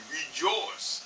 rejoice